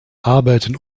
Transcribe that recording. arbeiten